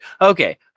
Okay